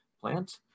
plant